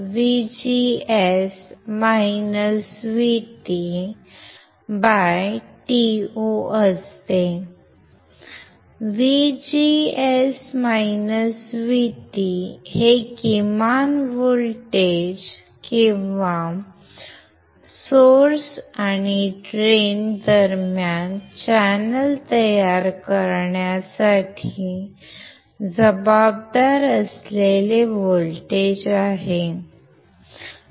VGS VT हे किमान voltage किंवा स्त्रोत आणि ड्रेन दरम्यान चॅनेल तयार करण्यासाठी जबाबदार असलेले व्होल्टेज आहे